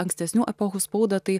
ankstesnių epochų spaudą tai